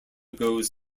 goes